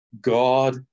God